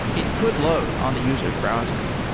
it could load on the user's browser.